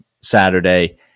Saturday